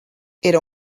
era